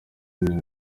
indimi